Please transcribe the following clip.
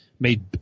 made